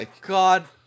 God